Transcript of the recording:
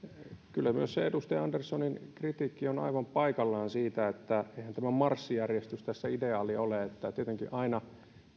kyllä myös se edustaja anderssonin kritiikki on aivan paikallaan siitä että eihän tämä marssijärjestys tässä ideaali ole tietenkin aina